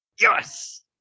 Yes